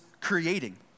creating